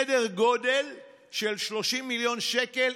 זה סדר גודל של 30 מיליון שקל,